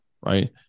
right